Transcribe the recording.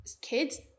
kids